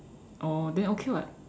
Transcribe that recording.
oh then okay [what]